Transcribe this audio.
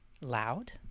Loud